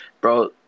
Bro